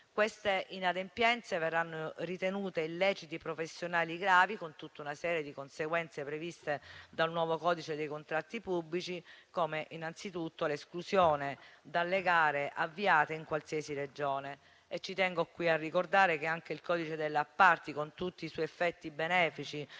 Queste inadempienze verranno ritenute illeciti professionali gravi, con tutta una serie di conseguenze previste dal nuovo codice dei contratti pubblici, come innanzitutto l'esclusione dalle gare avviate in qualsiasi Regione. Ci tengo qui a ricordare che anche il codice degli appalti, con tutti i suoi effetti benefici